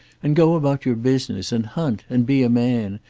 and go about your business and hunt and be a man.